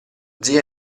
zia